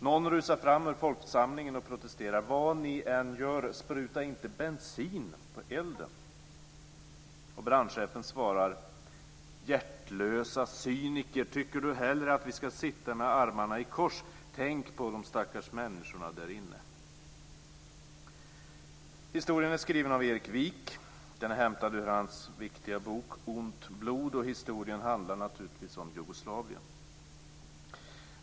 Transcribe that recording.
Någon rusar fram ur folksamlingen och protesterar: - Vad ni än gör, spruta inte bensin på elden! Och brandchefen svarar: - Hjärtlösa cyniker, tycker du hellre att vi ska sitta med armarna i kors? Tänk på de stackars människorna därinne." Historien är skriven av Erik Wijk och är hämtad ur hans viktiga bok Ont blod. Historien handlar naturligtvis om Jugoslavien.